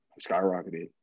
skyrocketed